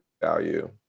value